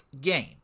game